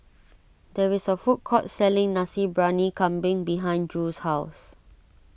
there is a food court selling Nasi Briyani Kambing behind Drew's house